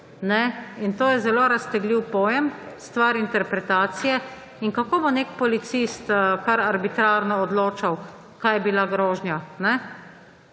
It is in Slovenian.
to je zelo raztegljiv pojem, stvar interpretacije. Kako bo nek policist kar arbitrarno odločal, kaj je bila grožnja?